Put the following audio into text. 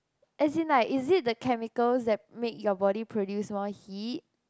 as in like is it the chemicals that make your body produce more heat